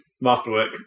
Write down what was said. Masterwork